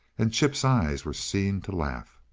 and chip's eyes were seen to laugh.